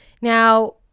now